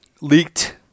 Leaked